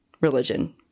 religion